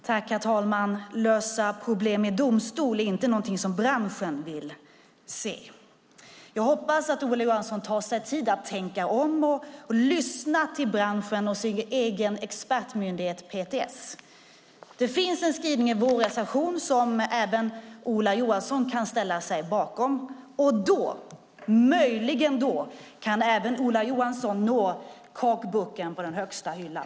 Herr talman! Lösa problem i domstol är inte någonting som branschen vill se. Jag hoppas att Ola Johansson tar sig tid att tänka om och lyssna till branschen och sin egen expertmyndighet PTS. Det finns en skrivning i vår reservation som även Ola Johansson kan ställa sig bakom. Då, möjligen då kan även Ola Johansson nå kakburken på den högsta hyllan.